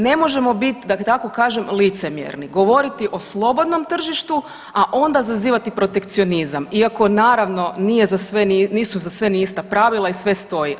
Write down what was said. Ne možemo biti da tako kažem licemjerni govoriti o slobodnom tržištu, a onda zazivati protekcionizam, iako naravno nisu za sve ista pravila i sve stoji.